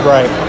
Right